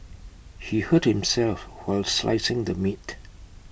he hurt himself while slicing the meat